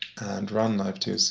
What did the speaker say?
and run livetoc.